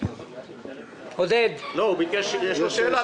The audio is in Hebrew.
יש לי שאלה.